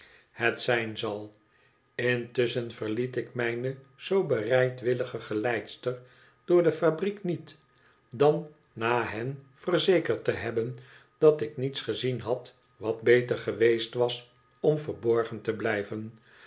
het zijn zal intusschon verliet ik mijne zoo bereidwillige geleiders door de fabriek niet dan na hen verzekerd te hebben dat ik niets gezien had wat beter geweest was om verborgen te blijven